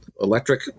electric